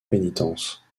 pénitence